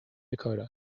dakota